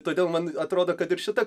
todėl man atrodo kad ir šita